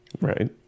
right